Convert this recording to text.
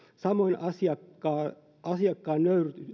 samoin asiakkaan asiakkaan